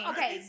Okay